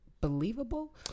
Believable